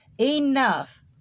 enough